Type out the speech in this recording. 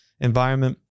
environment